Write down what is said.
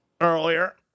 earlier